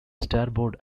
starboard